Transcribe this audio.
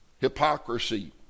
hypocrisy